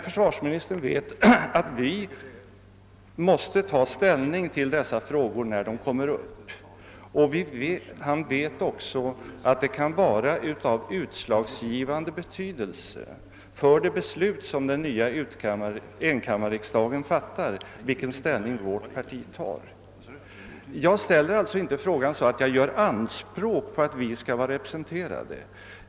Försvarsministern vet emellertid att vi måste ta ställning till dessa frågor när de kommer upp och att det kan ha utslagsgivande betydelse för de beslut som den nya enkammarriksdagen kommer att fatta vilken ställning vårt parti tar. Jag ställer alltså inte frågan bara på det sättet att jag gör anspråk på att vi skall vara representerade.